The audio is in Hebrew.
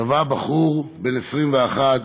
טבע בחור בן 21,